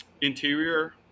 interior